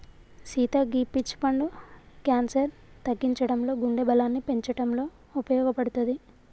సీత గీ పీచ్ పండు క్యాన్సర్ తగ్గించడంలో గుండె బలాన్ని పెంచటంలో ఉపయోపడుతది